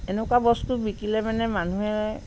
এনেকুৱা বস্তু বিকিলে মানে মানুহে